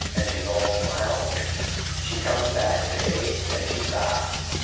and she's all smiles. and she comes back to me and she stops,